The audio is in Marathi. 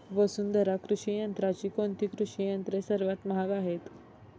वसुंधरा कृषी यंत्राची कोणती कृषी यंत्रे सर्वात महाग आहेत?